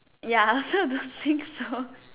ya so do think so